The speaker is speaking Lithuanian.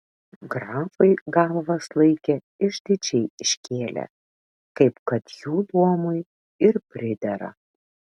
grafai galvas laikė išdidžiai iškėlę kaip kad jų luomui ir pridera